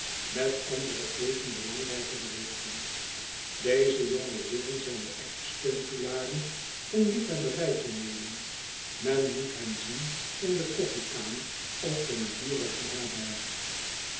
met andere even belangrijke berichten deze jonge heeren zijn de echte steunpilaren van liefhebberij tooneelen men moet hen zien in de koffiekamer of de naburige herberg